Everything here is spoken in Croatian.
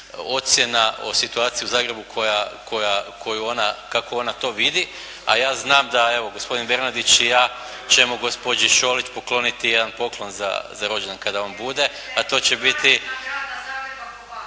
ocjena o situaciji u Zagrebu koju ona, kako ona to vidi, a ja znam da evo gospodin Bernardić i ja ćemo gospođi Šolić pokloniti jedan poklon za rođendan kada on bude, a to će biti